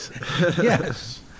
yes